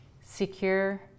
Secure